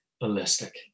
ballistic